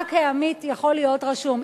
רק העמית יכול להיות רשום.